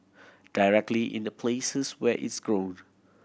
directly in the places where its grown